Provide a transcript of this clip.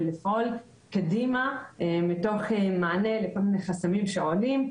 ולפעול קדימה מתוך מענה לכל מיני חסמים שעולים.